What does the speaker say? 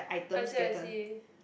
I see I see